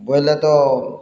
ବଏଲେ ତ